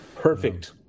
Perfect